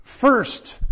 first